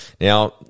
Now